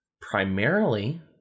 Primarily